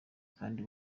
kandi